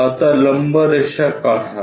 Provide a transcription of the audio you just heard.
आता लंब रेषा काढा